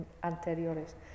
anteriores